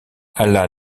anna